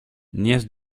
nièce